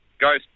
go